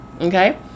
Okay